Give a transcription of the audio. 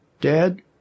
Dad